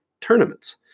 tournaments